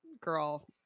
girl